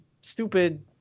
stupid